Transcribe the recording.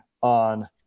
on